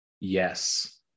yes